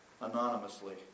anonymously